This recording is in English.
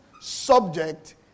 subject